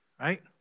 Right